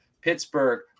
Pittsburgh